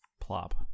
Plop